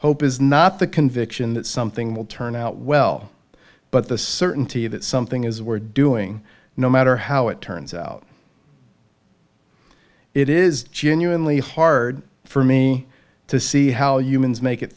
hope is not the conviction that something will turn out well but the certainty that something is were doing no matter how it turns out it is genuinely hard for me to see how humans make it